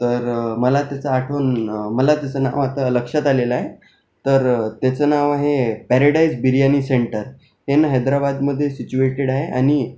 तर मला त्याचा आठवण मला त्याचं नाव आता लक्षात आलेलं आहे तर त्याचं नाव आहे पॅरेडाईज बिर्याणी सेंटर हे ना हैद्राबादमध्ये सिच्युएटेड आहे आणि